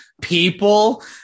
people